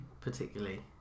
Particularly